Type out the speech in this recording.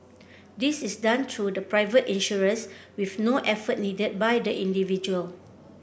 this is done through the private insurers with no effort needed by the individual